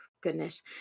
goodness